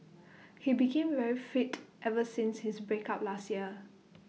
he became very fit ever since his break up last year